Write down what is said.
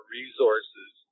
resources